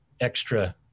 extra